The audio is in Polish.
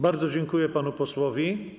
Bardzo dziękuję panu posłowi.